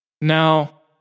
Now